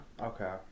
Okay